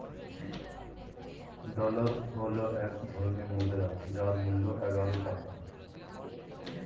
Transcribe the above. dollar হল এক ধরনের মুদ্রা যার মূল্য একাত্তর টাকা